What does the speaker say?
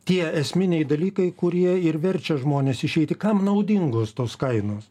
tie esminiai dalykai kurie ir verčia žmones išeiti kam naudingos tos kainos